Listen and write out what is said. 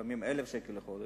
לפעמים 1,000 שקל לחודש,